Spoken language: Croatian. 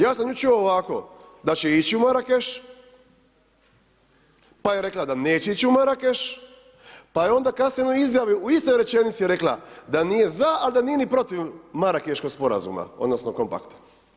Ja sam nju čuo ovako da će ići u Marakeš, pa je rekla da neće ići u Marakeš, pa je onda kasnije u onoj Izjavi u istoj rečenici rekla da nije za, ali da nije ni protiv Marakeškog sporazuma, odnosno kompakta.